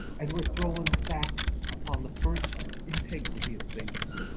and we're thrown back upon the first integrity of things.